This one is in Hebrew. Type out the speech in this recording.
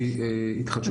שהיא התחדשות עירונית.